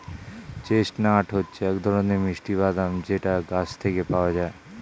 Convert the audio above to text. chestnut হচ্ছে এক ধরনের মিষ্টি বাদাম যেটা গাছ থেকে পাওয়া যায়